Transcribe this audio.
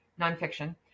nonfiction